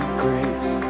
grace